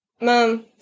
Mom